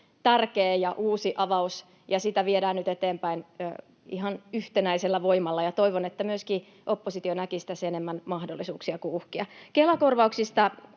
tärkeä ja uusi avaus, ja sitä viedään nyt eteenpäin ihan yhtenäisellä voimalla, ja toivon, että myöskin oppositio näkisi tässä enemmän mahdollisuuksia kuin uhkia. Kela-korvauksista